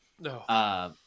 No